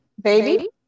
Baby